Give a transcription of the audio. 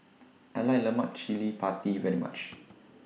I like Lemak Cili Padi very much